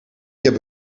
heb